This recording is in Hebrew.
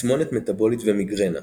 תסמונת מטבולית ומיגרנה